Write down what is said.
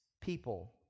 people